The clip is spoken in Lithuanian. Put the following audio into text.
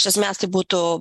iš esmės tai būtų